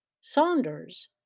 Saunders